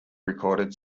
recorded